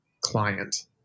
client